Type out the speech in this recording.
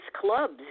clubs